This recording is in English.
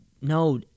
no